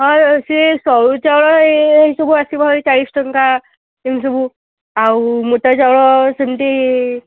ହଁ ସେ ସରୁ ଚାଉଳ ଏସବୁ ଆସିବ ଭାରି ଚାଳିଶ ଟଙ୍କା ଏମିତି ସବୁ ଆଉ ମୋଟା ଚାଉଳ ସେମିତି